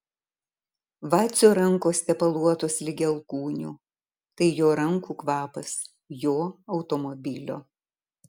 vacio rankos tepaluotos ligi alkūnių tai jo rankų kvapas jo automobilio